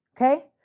okay